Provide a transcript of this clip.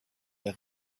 der